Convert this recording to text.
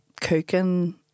cooking